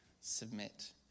submit